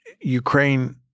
Ukraine